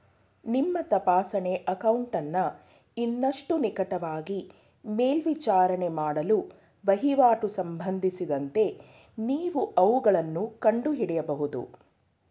ನಿಮ್ಮ ತಪಾಸಣೆ ಅಕೌಂಟನ್ನ ಇನ್ನಷ್ಟು ನಿಕಟವಾಗಿ ಮೇಲ್ವಿಚಾರಣೆ ಮಾಡಲು ವಹಿವಾಟು ಸಂಬಂಧಿಸಿದಂತೆ ನೀವು ಅವುಗಳನ್ನ ಕಂಡುಹಿಡಿಯಬಹುದು